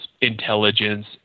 intelligence